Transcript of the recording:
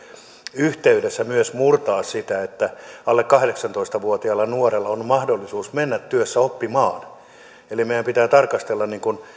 yhteydessä myös murtaa sitä niin että alle kahdeksantoista vuotiaalla nuorella olisi mahdollisuus mennä työssäoppimaan eli meidän pitää tarkastella